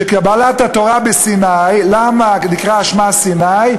קבלת התורה בסיני, למה נקרא שמו סיני?